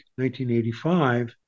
1985